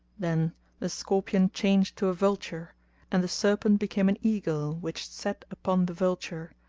then the scorpion changed to a vulture and the serpent became an eagle which set upon the vulture,